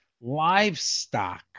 livestock